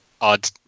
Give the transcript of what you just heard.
odd